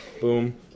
Boom